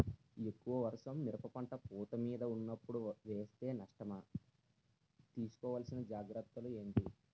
ఎక్కువ వర్షం మిరప పంట పూత మీద వున్నపుడు వేస్తే నష్టమా? తీస్కో వలసిన జాగ్రత్తలు ఏంటి?